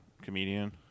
comedian